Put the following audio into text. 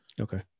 Okay